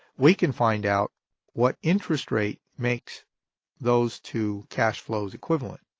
we can find out what interest rate makes those two cash flows equivalent.